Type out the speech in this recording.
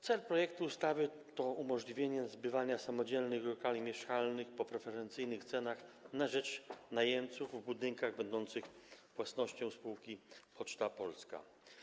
Cel projektu ustawy to umożliwienie zbywania samodzielnych lokali mieszkalnych po preferencyjnych cenach na rzecz najemców w budynkach będących własnością spółki Poczta Polska.